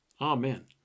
Amen